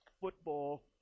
football